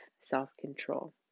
self-control